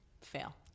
fail